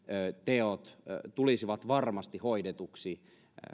teot tulisivat varmasti hoidetuiksi